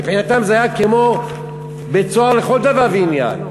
מבחינתם זה היה כמו בית-סוהר לכל דבר ועניין.